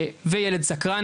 וילד סקרן,